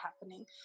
happening